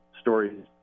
stories